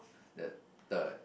that third